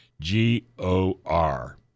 G-O-R